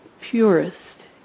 purest